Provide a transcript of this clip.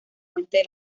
puente